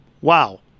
Wow